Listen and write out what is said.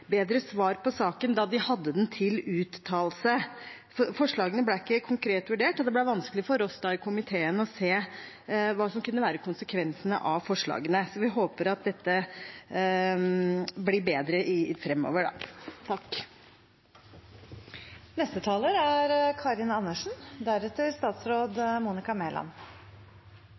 bedre svar på saken da de hadde den til uttalelse. Forslagene ble ikke konkret vurdert, og det ble vanskelig for oss i komiteen å se hva som kunne være konsekvensene av forslagene. Så vi håper at dette blir bedre framover. Forskjellene i Norge øker, og det å bo og varme opp bolig er